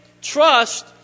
trust